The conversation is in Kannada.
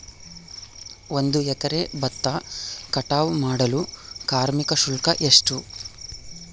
ಒಂದು ಎಕರೆ ಭತ್ತ ಕಟಾವ್ ಮಾಡಲು ಕಾರ್ಮಿಕ ಶುಲ್ಕ ಎಷ್ಟು?